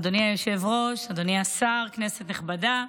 אדוני היושב-ראש, אדוני השר, כנסת נכבדה,